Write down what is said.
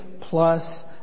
plus